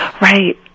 Right